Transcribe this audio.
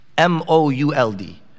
M-O-U-L-D